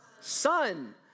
Son